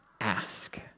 ask